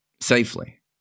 safely